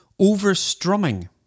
overstrumming